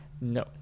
No